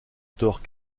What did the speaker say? tort